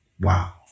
Wow